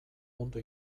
ondo